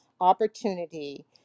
opportunity